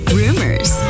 rumors